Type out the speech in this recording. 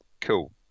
cool